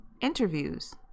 interviews